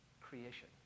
creation